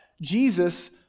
Jesus